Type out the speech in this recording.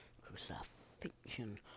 crucifixion